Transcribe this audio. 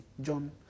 John